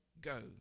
go